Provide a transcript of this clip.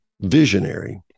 visionary